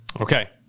Okay